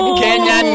kenyan